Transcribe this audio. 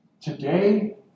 Today